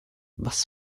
was